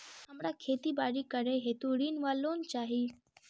हमरा खेती बाड़ी करै हेतु ऋण वा लोन चाहि?